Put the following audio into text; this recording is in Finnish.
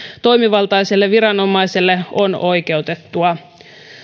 toimivaltaiselle viranomaiselle on oikeutettua